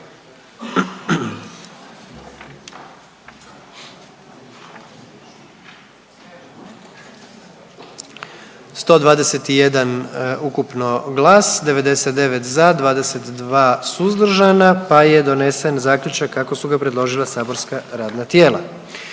i zastupnika, 77 za, 45 suzdržanih, pa je donesen zaključak kako su ga predložila saborska radna tijela.